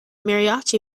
mariachi